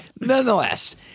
Nonetheless